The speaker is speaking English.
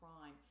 Crime